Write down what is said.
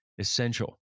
essential